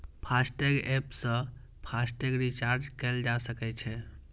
FASTag app सं FASTag recharge कैल जा सकै छै